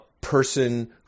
person